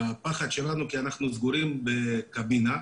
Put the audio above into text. הפחד שלנו, כי אנחנו סגורים בקבינה,